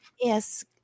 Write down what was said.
Yes